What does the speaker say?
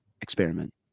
experiment